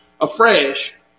afresh